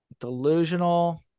Delusional